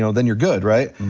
you know then you're good, right?